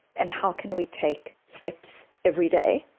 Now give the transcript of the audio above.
and how can we take steps every day